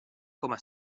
coma